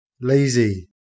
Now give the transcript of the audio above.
Lazy